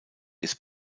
ist